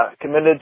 committed